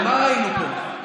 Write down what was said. הרי מה ראינו פה?